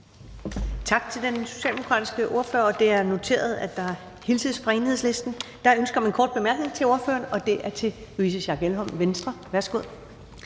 Tak til den socialdemokratiske ordfører, og det er noteret, at der hilses fra Enhedslisten. Der er ønske om en kort bemærkning til ordføreren, og det er fra fru Louise Schack Elholm, Venstre. Værsgo.